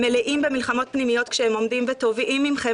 הם מלאים במלחמות פנימיות כשהם עומדים ותובעים מכם